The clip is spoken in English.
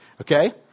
Okay